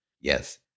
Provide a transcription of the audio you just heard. Yes